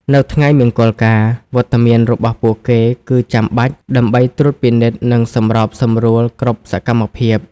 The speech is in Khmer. នៅថ្ងៃមង្គលការ វត្តមានរបស់ពួកគេគឺចាំបាច់ ដើម្បីត្រួតពិនិត្យ និងសម្របសម្រួលគ្រប់សកម្មភាព។